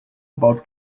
about